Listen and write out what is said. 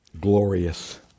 glorious